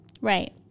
Right